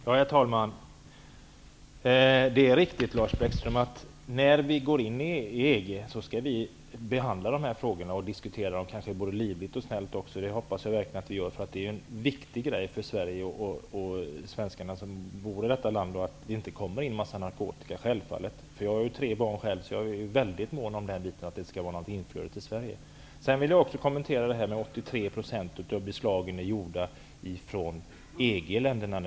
Herr talman! Det är riktigt, Lars Bäckström, att när vi går in i EG skall vi behandla dessa frågor och diskutera dem både livligt och snällt. Det hoppas jag att vi gör, för det är en viktig sak för Sverige och svenskarna att se till att det inte kommer in en massa narkotika, självfallet. Jag har tre barn själv, så jag är väldigt mån om att det inte skall vara något inflöde av narkotika till Sverige. Sedan vill jag kommentera detta att 83 % av narkotikabeslagen gäller EG-länderna.